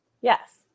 Yes